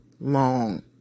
long